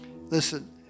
Listen